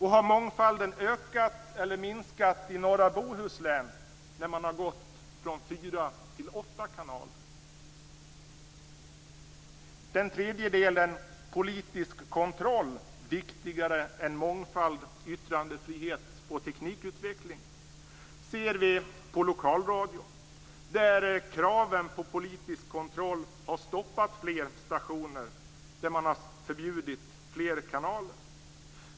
Har mångfalden ökat eller minskat i norra Bohuslän när man har gått från fyra till åtta kanaler? Den tredje satsen - Politisk kontroll är viktigare än mångfald, yttrandefrihet och teknikutveckling - kan vi se i fråga om lokalradion, där kraven på politisk kontroll har stoppat flera stationer där man har förbjudit fler kanaler.